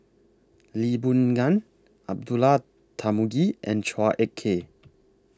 Lee Boon Ngan Abdullah Tarmugi and Chua Ek Kay